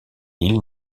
île